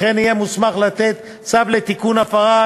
וכן יהיה מוסמך לתת צו לתיקון ההפרה,